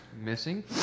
Missing